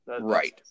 right